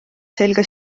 selga